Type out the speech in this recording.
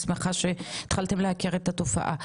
אני שמחה שהתחלתם להכיר את התופעה,